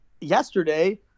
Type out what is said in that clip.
yesterday